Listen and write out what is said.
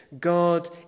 God